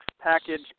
package